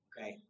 Okay